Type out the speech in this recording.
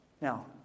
Now